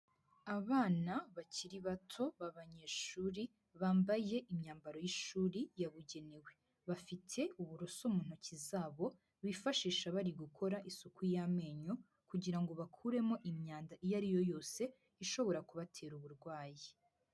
Abana bakiri bato b'abanyeshuri bambaye imyambaro y'ishuri yabugenewe, bafite uburoso mu ntoki zabo bifashisha bari gukora isuku y'amenyo kugira ngo bakuremo imyanda iyo ari yo yose ishobora kubatera uburwayi.